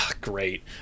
great